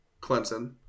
Clemson